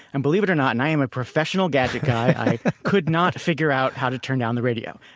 and believe it or not, and i am a professional gadget guy, i could not figure out how to turn down the radio.